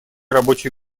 рабочей